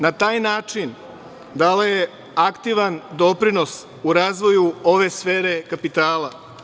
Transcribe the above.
Na taj način dala je aktivan doprinos u razvoju ove sfere kapitala.